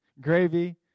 gravy